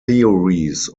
theories